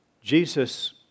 Jesus